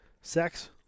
sex